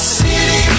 city